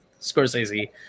Scorsese